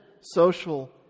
social